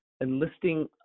enlisting